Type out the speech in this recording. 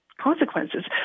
consequences